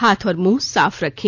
हाथ और मुंह साफ रखें